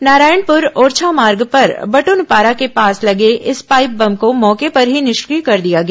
नारायणपुर ओरछा मार्गे पर बटूनपारा के पास लगे इस पाइप बम को मौके पर ही निष्क्रिय कर दिया गया